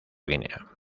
guinea